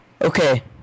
Okay